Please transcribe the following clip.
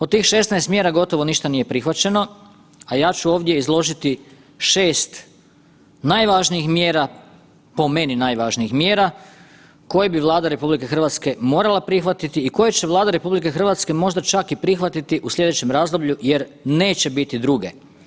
Od tih 16 mjera gotovo ništa nije prihvaćeno, a ja ću ovdje izložiti 6 najvažnijih mjera, po meni najvažnijih mjera koje bi Vlada RH morala prihvatiti i koje će Vlada RH možda čak i prihvatiti u slijedećem razdoblju jer neće biti druge.